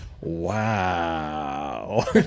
wow